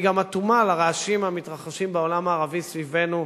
היא גם אטומה לרעשים המתרחשים בעולם הערבי סביבנו,